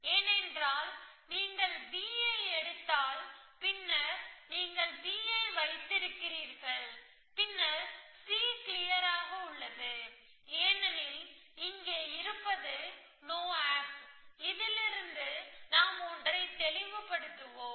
ஏனென்றால் நீங்கள் B ஐ எடுத்தால் பின்னர் நீங்கள் B ஐ வைத்திருக்கிறீர்கள் பின்னர் C கிளியராக உள்ளது ஏனெனில் இங்கே இருப்பது நோ ஆப் இதிலிருந்து நாம் ஒன்றைத் தெளிவுபடுத்துவோம்